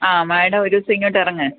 ആ മേഡമൊരു ദിവസം ഇങ്ങോട്ട് ഇറങ്ങ്